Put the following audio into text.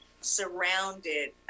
surrounded